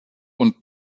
und